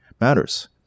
matters